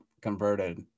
converted